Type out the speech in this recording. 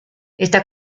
esta